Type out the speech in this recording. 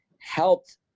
helped